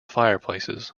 fireplaces